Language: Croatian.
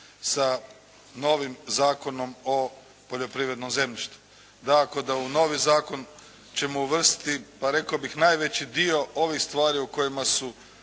sa novim Zakonom o poljoprivrednom zemljištu. Dakako da u novi zakon ćemo uvrstiti pa rekao bih najveći dio ovih stvari o kojima su